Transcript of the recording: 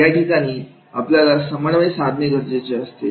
या ठिकाणी आपल्याला समन्वय साधणे गरजेचे असते